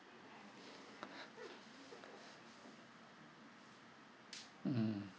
mmhmm